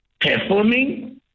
performing